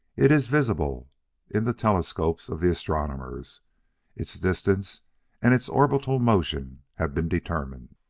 it is visible in the telescopes of the astronomers its distance and its orbital motion have been determined.